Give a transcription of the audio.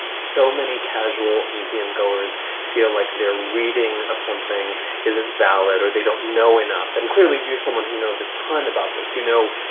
so many casual museum goers feel like their reading of something isn't valid or they don't know enough. and clearly, you're someone who knows a ton about this. you know,